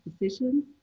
decisions